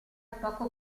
poco